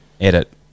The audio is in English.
edit